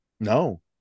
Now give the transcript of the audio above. No